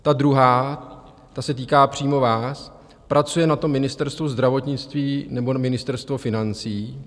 Ta druhá, ta se týká přímo vás: pracuje na tom Ministerstvo zdravotnictví, nebo Ministerstvo financí?